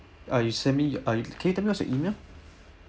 uh you send me uh you can you tell me what's your email